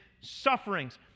sufferings